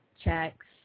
checks